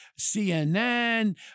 CNN